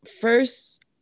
first